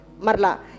Marla